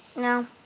no.